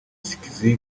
skizzy